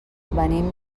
venim